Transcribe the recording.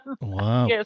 Wow